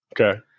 Okay